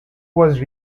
was